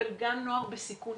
גם נוער בסיכון,